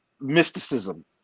mysticism